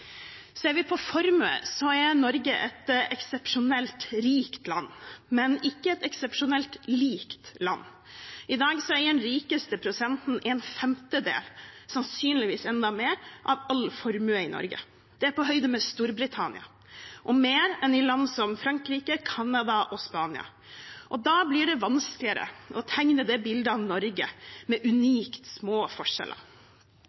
Ser vi på formue, er Norge et eksepsjonelt rikt land, men ikke et eksepsjonelt likt land. I dag eier den rikeste prosenten en femtedel, sannsynligvis enda mer, av all formue i Norge. Det er på høyde med Storbritannia og mer enn i land som Frankrike, Canada og Spania. Da blir det vanskeligere å tegne et bilde av et Norge med